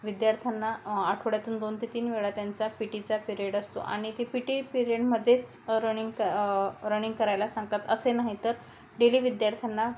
विद्यार्थ्यांना आठवड्यातून दोन ते तीन वेळा त्यांचा पी टीचा पिरियड असतो आणि ती पी टी पिरियडमध्येच रनिंग क रनिंग करायला सांगतात असे नाही तर डेली विद्यार्थ्यांना